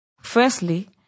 Firstly